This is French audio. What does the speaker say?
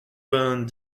vingt